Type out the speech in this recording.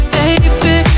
baby